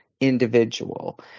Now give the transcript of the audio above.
individual